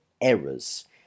errors